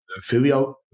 filial